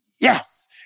yes